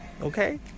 okay